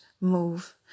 move